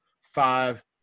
five